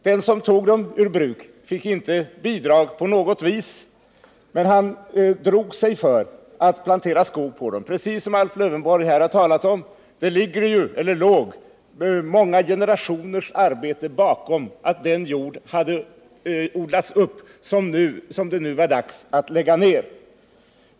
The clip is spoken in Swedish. Den som tog enheter ur bruk fick inte några bidrag, men man drog sig för att plantera skog på jorden, precis som Alf Lövenborg här har talat om. Det låg ju många generationers arbete bakom den uppodlade jord som det nu var dags att lägga ner.